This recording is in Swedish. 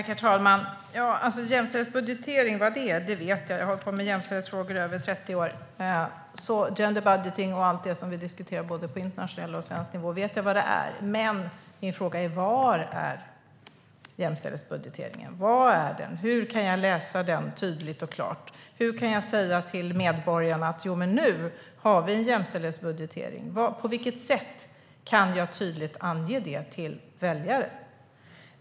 Herr talman! Vad jämställdhetsbudgetering är vet jag. Jag har hållit på med jämställdhetsfrågor i över 30 år, så gender budgeting och allt det som vi diskuterar på både internationell och svensk nivå vet jag vad det är. Det jag undrar är: Var är jämställdhetsbudgeteringen? Var kan jag läsa den tydligt och klart? När kan jag säga till medborgarna att vi nu har en jämställdhetsbudgetering? På vilket sätt kan jag tydligt ange det till medborgarna?